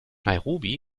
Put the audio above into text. nairobi